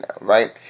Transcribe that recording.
right